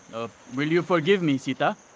will you forgive me, sita?